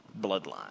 bloodline